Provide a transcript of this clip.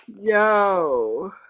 yo